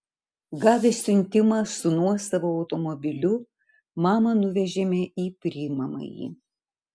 gavę siuntimą su nuosavu automobiliu mamą nuvežėme į priimamąjį